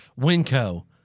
Winco